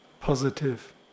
positive